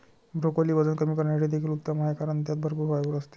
broccoli वजन कमी करण्यासाठी देखील उत्तम आहे कारण त्यात भरपूर फायबर असते